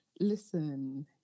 listen